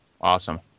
Awesome